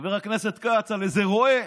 חבר הכנסת כץ, על איזה רועה